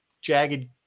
jagged